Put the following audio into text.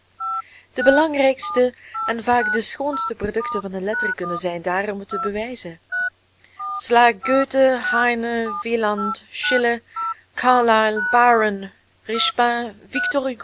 de belangrijkste en vaak de schoonste producten van de letterkunde zijn daar om het te bewijzen sla goethe heine wieland